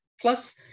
Plus